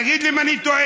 תגיד לי אם אני טועה,